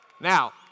Now